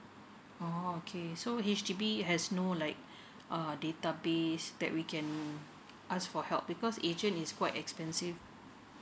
oh okay so H_D_B has no like err database that we can um ask for help because agent is quite expensive